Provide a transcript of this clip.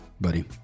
buddy